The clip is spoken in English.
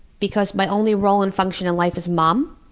because my only role and function in life is mom,